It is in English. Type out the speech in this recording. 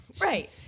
right